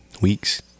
weeks